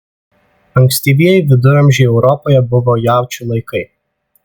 ankstyvieji viduramžiai europoje buvo jaučių laikai